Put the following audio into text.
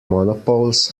monopoles